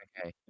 Okay